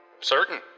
Certain